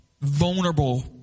vulnerable